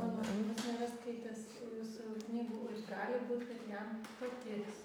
mano vaikas nėra skaitęs jūsų knygų gali būt kad jam patiks